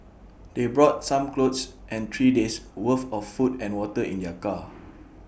they brought some clothes and three days' worth of food and water in their car